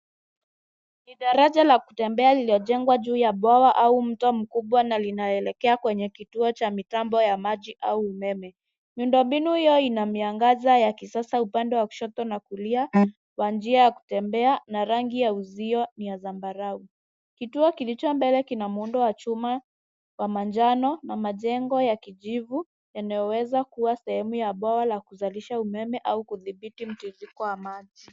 Ni daraja la kutembea lililojengwa juu ya bwawa au mto mkubwa na linaelekea kwenye kituo cha mitambo ya maji au umeme. Miundombinu hiyo ina miangaza ya kisasa upande wa kushoto na kulia kwa njia ya kutembea na rangi ya uzio ni ya zambarau. Kituo kilicho mbele kina muundo wa chuma wa manjano na majengo ya kijivu yanayoweza kuwa sehemu ya bwawa la kuzalisha umeme au kudhibiti mtiririko wa maji.